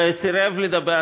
וסירב לדבר,